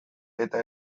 eta